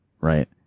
right